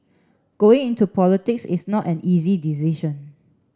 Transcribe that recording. going into politics is not an easy decision